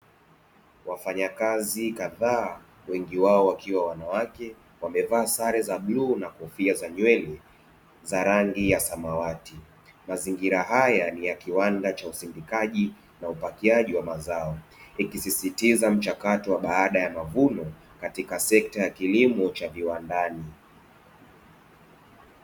Wafanyakazi kadhaa wengi wao wakiwa wanawake wamevaa sare za bluu na kofia za nywele za rangi ya samawati. Mazingira haya ni kiwanda cha usindikaji na upakiaji wa mazao ikisisitiza mchakato wa baada ya mavuno katika sekta ya kilimo cha viwandani.